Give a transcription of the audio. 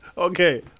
Okay